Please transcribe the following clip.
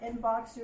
inbox